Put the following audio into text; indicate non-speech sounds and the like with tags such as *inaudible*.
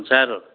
*unintelligible*